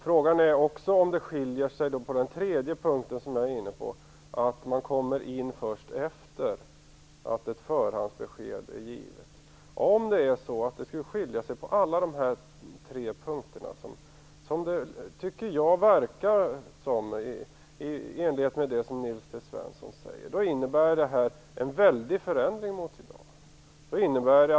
Frågan är om det också skiljer sig på den tredje punkten som jag var inne på, nämligen om rådet kommer in först efter det att ett förhandsbesked är givet. Om det finns en skillnad på alla de här tre punkterna - jag tycker att det Nils T Svensson säger pekar på det - innebär förslaget en stor förändring i förhållande till hur det är i dag.